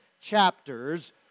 chapters